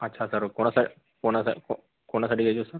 अच्छा सर कोणासाय कोणाचाय को कोणासाठी घ्यायचीय सर